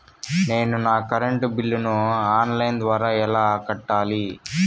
నేను నా కరెంటు బిల్లును ఆన్ లైను ద్వారా ఎలా కట్టాలి?